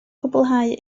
cwblhau